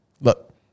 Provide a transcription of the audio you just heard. look